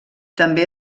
també